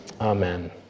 Amen